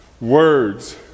words